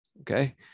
okay